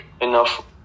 enough